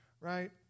right